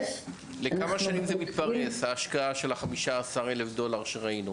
--- לכמה שנים מתפרסת ההשקעה של ה-15 אלף דולר שראינו?